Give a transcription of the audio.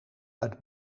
uit